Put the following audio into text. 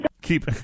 Keep